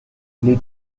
les